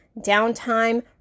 downtime